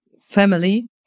family